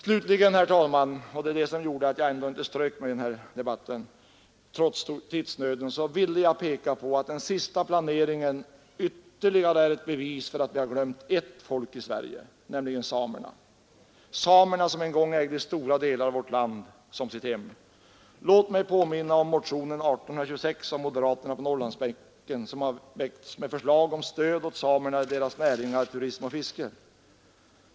Slutligen — det var detta som gjorde att jag trots tidsnöden inte strök mig från talarlistan — vill jag, herr talman, peka på att den senaste planeringen ytterligare är ett bevis för att vi har glömt ett folk i Sverige, nämligen samerna — samerna som en gång ägde stora delar av vårt land som sitt hem. Låt mig påminna om motionen 1826, som moderaterna på Norrlandsbänken väckt, med förslag om stöd åt samerna i deras näringar turism och fiske!